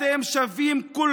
אתם שווים הרבה,